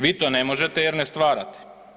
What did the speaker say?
Vi to ne možete jer ne stvarate.